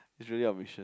is really our mission